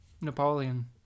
Napoleon